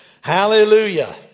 Hallelujah